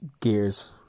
gears